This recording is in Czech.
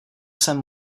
jsem